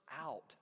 out